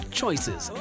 choices